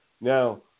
Now